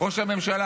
ראש הממשלה,